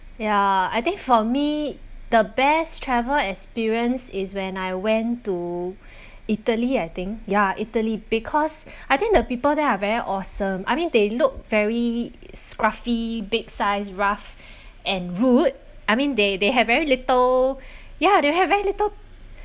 ya I think for me the best travel experience is when I went to italy I think ya italy because I think the people there are very awesome I mean they look very scruffy big size rough and rude I mean they they have very little ya they have very little